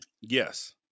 Yes